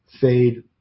fade